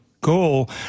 goal